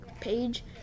page